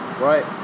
Right